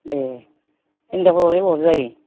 दे हिनजावफोरबाबो जायो